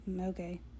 Okay